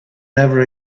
never